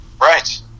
Right